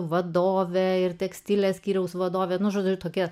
vadovę ir tekstilės skyriaus vadovė nužudė tokia